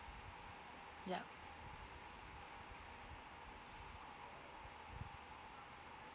yup